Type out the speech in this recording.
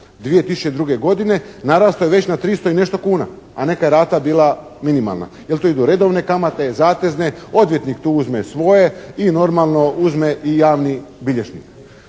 2002. godine naraslo je na već 300 i nešto kuna, a neka je rata bila minimalna. Jer tu ide redovne kamate, zatezne, odvjetnik tu uzme svoje i normalno uzme i javni bilježnik.